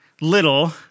little